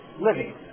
living